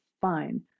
fine